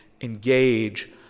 engage